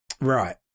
Right